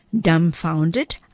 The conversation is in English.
dumbfounded